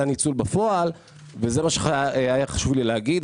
הניצול בפועל וזה מה שחשוב היה לי להגיד,